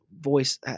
voice